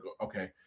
Okay